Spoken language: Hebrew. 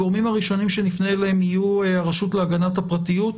הגורמים הראשונים שנפנה אליהם יהיו הרשות להגנת הפרטיות.